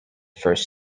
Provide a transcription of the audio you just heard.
first